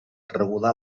regular